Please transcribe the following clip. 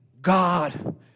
God